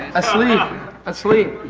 asleep asleep